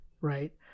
Right